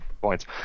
points